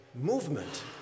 movement